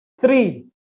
Three